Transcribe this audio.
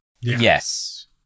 Yes